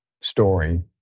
story